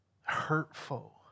Hurtful